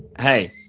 Hey